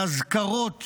לאזכרות